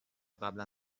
قبلا